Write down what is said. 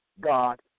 God